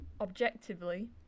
objectively